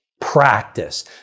practice